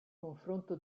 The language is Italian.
confronto